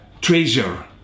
treasure